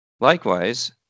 Likewise